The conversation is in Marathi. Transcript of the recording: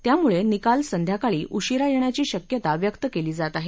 त्यामुळे निकाल संध्याकाळी उशीरा येण्याची शक्यता व्यक्त केली जात आहे